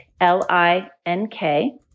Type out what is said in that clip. L-I-N-K